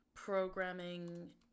Programming